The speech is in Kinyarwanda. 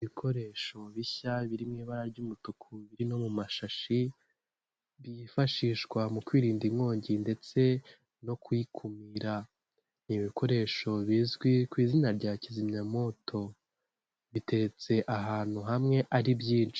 Ibikoresho bishya biri mu ibara ry'umutuku biri no mu mashashi byifashishwa mu kwirinda inkongi ndetse no kuyikumira. Ibi bikoresho bizwi ku izina rya kizimyamwoto, biteretse ahantu hamwe ari byinshi.